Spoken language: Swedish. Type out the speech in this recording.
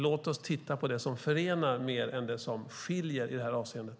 Låt oss titta på det som förenar mer än det som skiljer i det här avseendet!